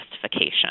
justification